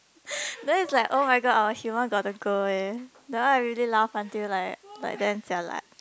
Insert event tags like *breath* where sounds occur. *breath* then is like oh-my-god our humour gonna go eh that one I really laugh until like like damn jialat